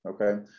okay